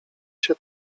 się